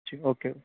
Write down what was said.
جی okay